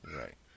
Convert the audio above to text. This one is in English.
right